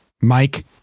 Mike